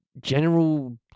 general